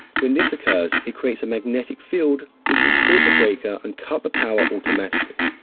when this occurs, it creates a magnetic field which will trip the breaker and cut the power automatically.